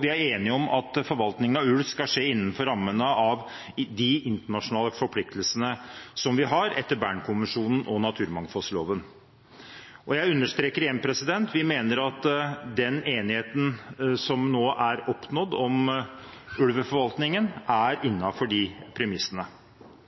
Vi er enige om at forvaltningen av ulv skal skje innenfor rammene av de internasjonale forpliktelsene som vi har etter Bern-konvensjonen og naturmangfoldloven. Og jeg understreker igjen: Vi mener at den enigheten som nå er oppnådd om ulveforvaltningen, er innenfor de premissene.